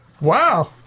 wow